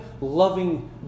loving